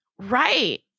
Right